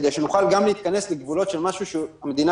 כדי שנוכל גם להתכנס לגבולות של משהו שהמדינה